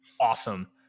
awesome